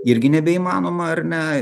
irgi nebeįmanoma ar ne